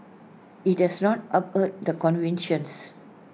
IT has now upheld the convictions